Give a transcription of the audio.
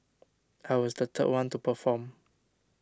I was the third one to perform